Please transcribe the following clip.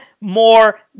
more